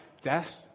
death